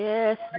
Yes